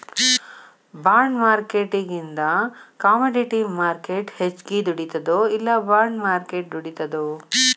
ಬಾಂಡ್ಮಾರ್ಕೆಟಿಂಗಿಂದಾ commodity market ಹೆಚ್ಗಿ ದುಡಿತದೊ ಇಲ್ಲಾ ಬಾಂಡ್ ಮಾರ್ಕೆಟ್ ದುಡಿತದೊ?